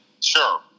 Sure